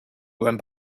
run